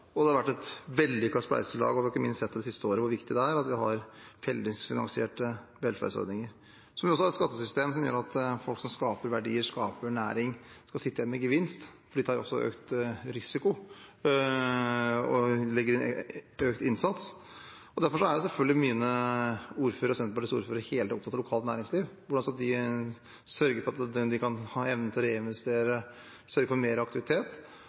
og det har vært et vellykket spleiselag. Vi har ikke minst sett det siste året hvor viktig det er at vi har fellesfinansierte velferdsordninger. Vi må også ha et skattesystem som gjør at folk som skaper verdier og næring, sitter igjen med gevinst, for de tar også økt risiko og legger inn økt innsats. Derfor er selvfølgelig Senterpartiets ordførere hele tiden opptatt av lokalt næringsliv og hvordan de kan ha evnen til å reinvestere og sørge for mer aktivitet.